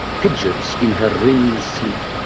fidgets in her rinsed sleep,